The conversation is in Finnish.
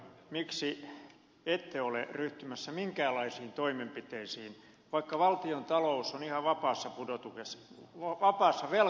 miksi ette ole ryhtymässä minkäänlaisiin toimenpiteisiin vaikka valtiontalous on ihan vapaassa velkapudotuksessa